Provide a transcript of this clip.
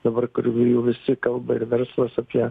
dabar kur jau visi kalba ir verslas apie